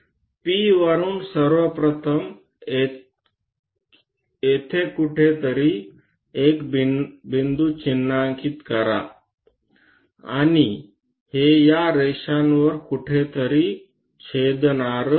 P वरुन सर्वप्रथम येथे कुठेतरी एक बिंदू चिन्हांकित करा आणि हे या रेषांवर कुठेतरी छेदणार आहे